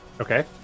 Okay